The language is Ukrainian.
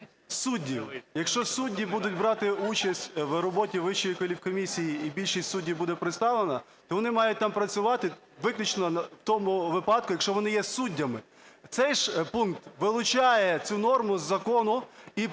суддів. Якщо судді будуть брати участь в роботі Вищої кваліфкомісії і більшість суддів буде представлена, то вони мають там працювати виключно в тому випадку, якщо вони є суддями. Цей ж пункт вилучає цю норму з закону і передбачає,